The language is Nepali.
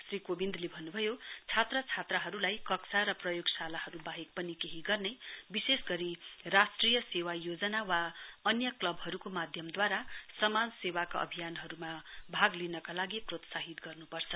श्री कोविन्दले भन्नुभयो छात्र छात्राहरू लाई कक्षा र प्रयोगशालाहरू वाहेक पनि केही गर्ने विशेष गरी राष्ट्रिय सेवा योजना वा अन्य क्लबहरूको माध्यद्वारा समाज सेवाका अभियानहरूमा भाग लिनका लागि प्रोत्साहित गर्नुपर्छ